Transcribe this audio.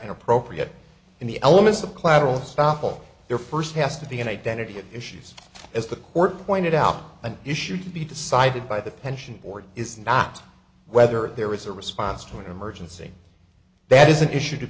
and appropriate in the elements of collateral estoppel there first has to be an identity of issues as the court pointed out an issue to be decided by the pension board is not whether there is a response to an emergency that is an issue to